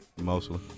Mostly